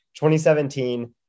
2017